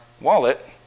wallet